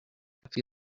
have